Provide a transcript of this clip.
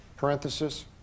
parenthesis